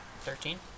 Thirteen